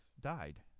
died